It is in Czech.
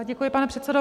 Děkuji, pane předsedo.